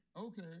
Okay